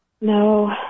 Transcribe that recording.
no